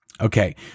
Okay